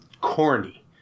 corny